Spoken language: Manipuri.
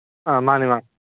ꯑꯥ ꯃꯥꯅꯦ ꯃꯥꯅꯦ